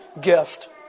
gift